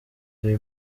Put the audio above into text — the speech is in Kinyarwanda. jay